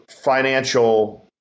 financial